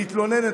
שמתלוננת,